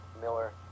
Miller